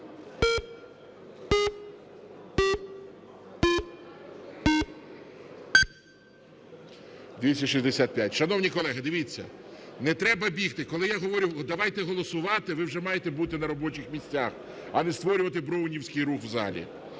За-265 Шановні колеги, дивіться, не треба бігти, коли я говорю, давайте голосувати, ви вже маєте бути на робочих місцях, а не створювати броунівський рух в залі.